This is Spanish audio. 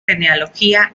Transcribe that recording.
genealogía